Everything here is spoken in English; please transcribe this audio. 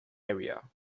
area